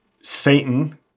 Satan